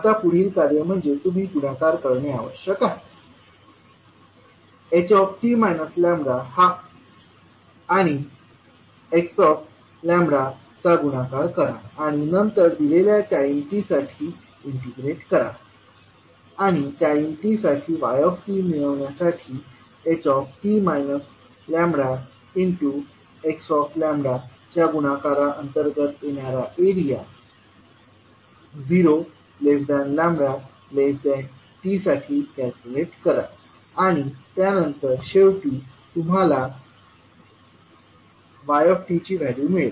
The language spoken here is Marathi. आता पुढील कार्य म्हणजे तुम्ही गुणाकार करणे आवश्यक आहे ht λand xλ चा गुणाकार करा आणि नंतर दिलेल्या टाईम t साठी इंटिग्रेट करा आणि टाईम t साठी y मिळविण्यासाठी ht λxλ च्या गुणाकाराच्या अंतर्गत येणारा एरिया 0λtसाठी कॅल्क्युलेट करा आणि त्यानंतर शेवटी तुम्हाला yची व्हॅल्यू मिळेल